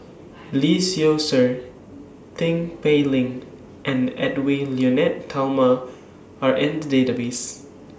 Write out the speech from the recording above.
Lee Seow Ser Tin Pei Ling and Edwy Lyonet Talma Are in The Database